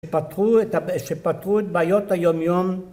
שפתרו את בעיות היומיום